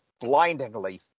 blindingly